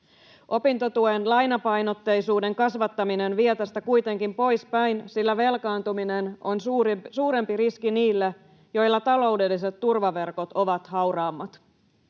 Opintotuen lainapainotteisuuden kasvattaminen vie tästä kuitenkin poispäin, sillä velkaantuminen on suurempi riski niille, joilla taloudelliset turvaverkot ovat hauraammat.